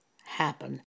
happen